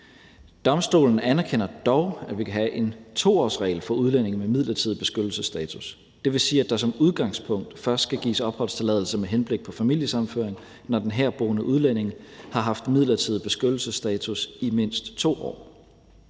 Domstolen anerkender dog, at vi kan have en 2-årsregel for udlændinge med midlertidig beskyttelsesstatus, og det vil sige, at der som udgangspunkt først skal gives opholdstilladelse med henblik på familiesammenføring, når den herboende udlænding har haft midlertidig beskyttelsesstatus i mindst 2 år.